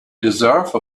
deserve